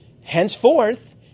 henceforth